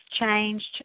changed